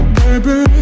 baby